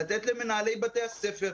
לתת למנהלי בתי הספר,